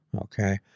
Okay